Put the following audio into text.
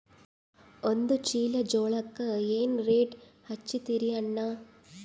ಒಂದ ಚೀಲಾ ಜೋಳಕ್ಕ ಏನ ರೇಟ್ ಹಚ್ಚತೀರಿ ಅಣ್ಣಾ?